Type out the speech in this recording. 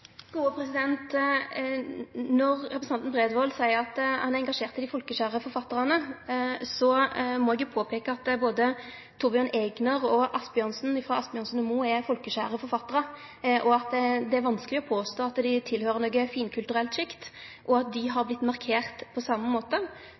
Når representanten Bredvold seier at han er engasjert i dei folkekjære forfattarane, må eg påpeike at både Thorbjørn Egner og Asbjørnsen frå Asbjørnsen og Moe er folkekjære forfattarar. Det er vanskeleg å påstå at dei tilhøyrer noko finkulturelt sjikt, og dei har